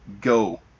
go